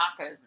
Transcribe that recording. tacos